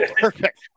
Perfect